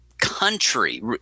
country –